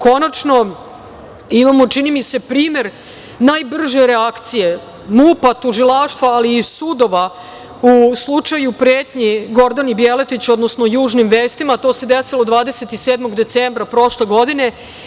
Konačno, imamo čini mi se, primer najbrže reakcije MUP-a, Tužilaštva, ali i sudova u slučaju pretnji Gordani Djeletić, odnosno Južnim vestima, to se desilo 27. decembra prošle godine.